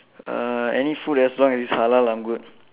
uh any food as long as it's halal I'm good